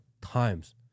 times